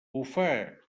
bufa